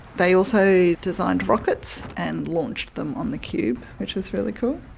they also designed rockets and launched them on the cube, which was really cool.